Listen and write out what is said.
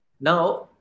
Now